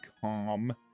calm